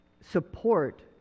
support